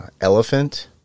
Elephant